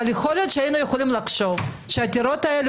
אבל יכול להיות שהיינו יכולים לחשוב שהעתירות האלה